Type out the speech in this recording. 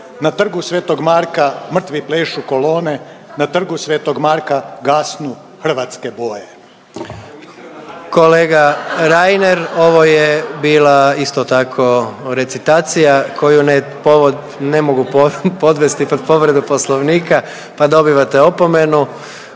na Trgu sv. Marka mrtvi plešu kolone, na Trgu sv. Marka gasnu hrvatske boje. **Jandroković, Gordan (HDZ)** Kolega Reiner ovo je bila isto tako recitacija koju ne, povod ne mogu podvesti pod povredu Poslovnika pa dobivate opomenu.